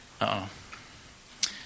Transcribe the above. Uh-oh